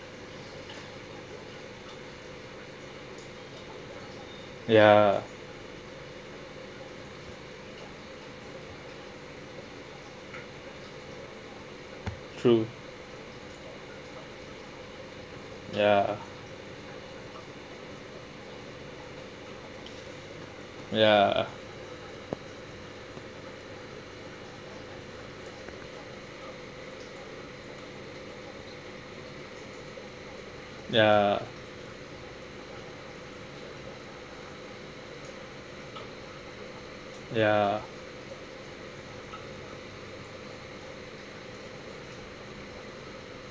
ya true ya ya ya ya